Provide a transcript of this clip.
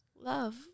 love